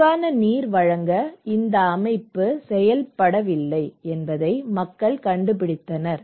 தெளிவான நீர் வழங்க இந்த அமைப்பு செயல்படவில்லை என்பதை மக்கள் கண்டுபிடித்தனர்